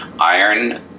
iron